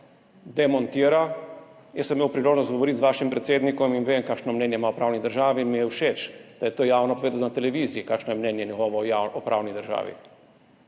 demontira. Jaz sem imel priložnost govoriti z vašim predsednikom in vem, kakšno mnenje ima o pravni državi, in mi je všeč, da je to javno povedal na televiziji, kakšno je njegovo mnenje o pravni državi.